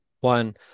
One